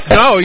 no